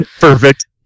Perfect